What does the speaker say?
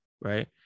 right